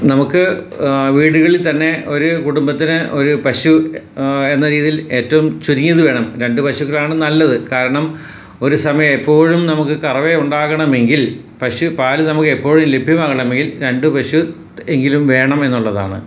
നമുക്ക് വീടുകളിൽ തന്നെ ഒരു കുടുംബത്തിന് ഒരു പശു എന്ന രീതിയിൽ ഏറ്റവും ചുരുങ്ങിയത് വേണം രണ്ട് പശുക്കളാണ് നല്ലത് കാരണം ഒരു സമയം എപ്പോഴും നമുക്ക് കറവ ഉണ്ടാകണമെങ്കിൽ പശു പാൽ നമുക്ക് എപ്പോഴും ലഭ്യമാകണമെങ്കിൽ രണ്ട് പശു എങ്കിലും വേണം എന്നുള്ളതാണ്